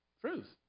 truth